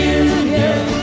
union